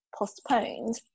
Postponed